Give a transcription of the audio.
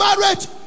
Marriage